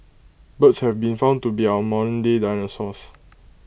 birds have been found to be our modernday dinosaurs